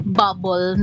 bubble